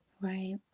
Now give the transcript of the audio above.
Right